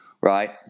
right